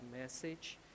message